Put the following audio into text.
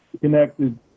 connected